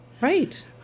Right